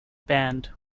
band